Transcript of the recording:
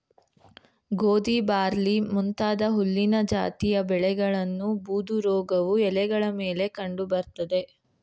ಗೋಧಿ ಬಾರ್ಲಿ ಮುಂತಾದ ಹುಲ್ಲಿನ ಜಾತಿಯ ಬೆಳೆಗಳನ್ನು ಬೂದುರೋಗವು ಎಲೆಗಳ ಮೇಲೆ ಕಂಡು ಬರ್ತದೆ